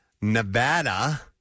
Nevada